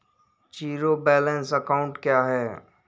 Zero balance account क्या है?